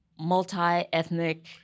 multi-ethnic